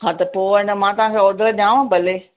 हा त पोइ अन मां तांखे ऑर्डर ॾियांव भले